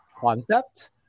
concept